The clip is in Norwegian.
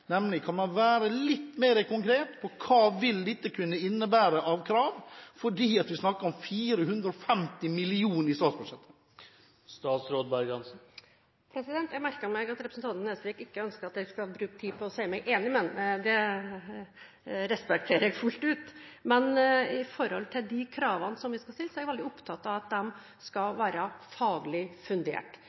Kan man være litt mer konkret på hva dette vil kunne innebære av krav, fordi vi snakker om 450 mill. kr i statsbudsjettet? Jeg merker meg at representanten Nesvik ikke ønsker at jeg skal bruke tid på å si meg enig med ham. Det respekterer jeg fullt ut. Når det gjelder kravene som vi skal stille, er jeg veldig opptatt av at de skal være faglig fundert.